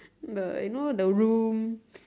the you know the room